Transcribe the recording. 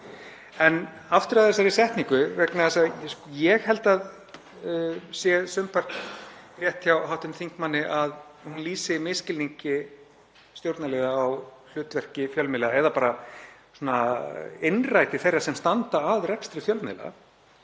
Aftur að þessari setningu vegna þess að ég held að það sé sumpart rétt hjá hv. þingmanni að hún lýsi misskilningi stjórnarliða á hlutverki fjölmiðla eða innræti þeirra sem standa að rekstri fjölmiðla.